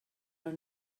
are